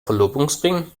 verlobungsring